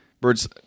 birds